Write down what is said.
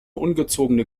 ungezogene